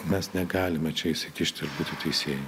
mes negalime čia įsikišti teisėjai